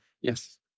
Yes